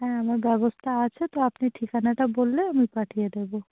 হ্যাঁ আমার ব্যবস্থা আছে তো আপনি ঠিকানাটা বললে আমি পাঠিয়ে দেবো